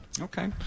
Okay